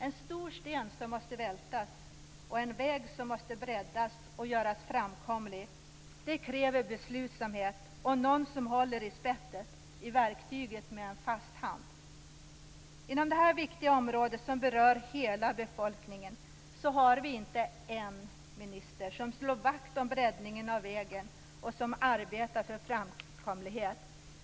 En stor sten som måste vältas och en väg som måste breddas och göras framkomlig kräver beslutsamhet och någon som håller i spettet - i verktyget - med en fast hand. Inom detta viktiga område som berör hela befolkningen har vi inte en minister som slår vakt om breddningen av vägen och som arbetar för framkomlighet.